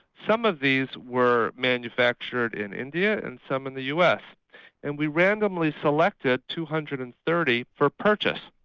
some of these were manufactured in india and some in the us and we randomly selected two hundred and thirty per purchase.